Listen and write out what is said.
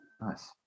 Nice